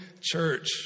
church